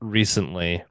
recently